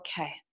okay